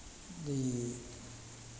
ई